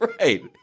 right